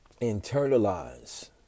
internalize